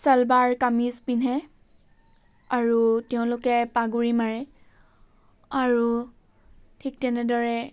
ছালৱাৰ কামিজ পিন্ধে আৰু তেওঁলোকে পাগুৰি মাৰে আৰু ঠিক তেনেদৰে